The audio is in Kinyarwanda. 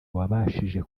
wabashije